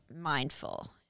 mindful